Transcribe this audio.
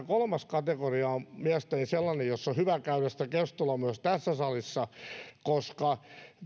kolmas kategoria on ehkä mielestäni sellainen josta on hyvä käydä keskustelua myös tässä salissa koska